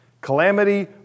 calamity